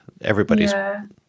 everybody's